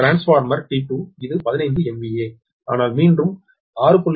transformer T2 இது 15 MVA ஆனால் மீண்டும் 6